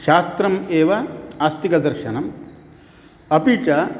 शास्त्रम् एव आस्तिकदर्शनम् अपि च